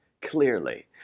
clearly